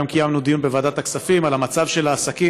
היום קיימנו דיון בוועדת הכספים על המצב של העסקים